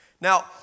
Now